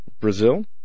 Brazil